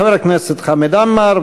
חבר הכנסת חמד עמאר,